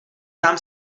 sám